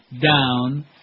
down